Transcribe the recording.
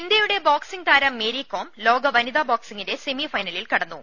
ഇന്ത്യയുടെ ബോക്സിംഗ് താരം മേരി കോം ലോക വനിതാ ബോക്സിംഗിന്റെ സെമി ഫൈനലിൽ കടന്നു